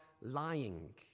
lying